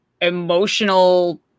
emotional